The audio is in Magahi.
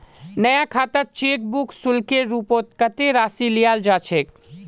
नया खातात चेक बुक शुल्केर रूपत कत्ते राशि लियाल जा छेक